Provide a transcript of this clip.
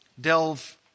delve